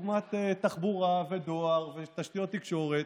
דוגמת תחבורה ודואר ותשתיות תקשורת.